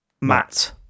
Matt